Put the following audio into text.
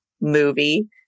movie